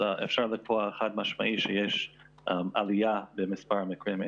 אז אפשר לקבוע חד משמעית שישנה עלייה במספר המקרים,